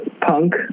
punk